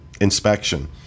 inspection